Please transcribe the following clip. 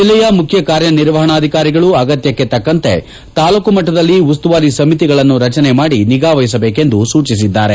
ಜಿಲ್ಲೆಯ ಮುಖ್ಯ ಕಾರ್ಯನಿರ್ವಹಣಾಧಿಕಾರಿಗಳು ಅಗತ್ಯಕ್ಕೆ ತಕ್ಕಂತೆ ತಾಲೂಕು ಮಟ್ಟದಲ್ಲಿ ಉಸ್ತುವಾರಿ ಸಮಿತಿಗಳನ್ನು ರಚನೆ ಮಾಡಿ ನಿಗಾ ವಹಿಸಬೇಕೆಂದು ಸೂಚಿಸಿದ್ದಾರೆ